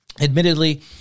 admittedly